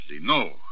no